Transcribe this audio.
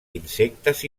insectes